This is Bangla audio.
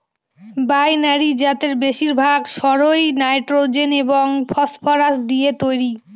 বাইনারি জাতের বেশিরভাগ সারই নাইট্রোজেন এবং ফসফরাস দিয়ে তৈরি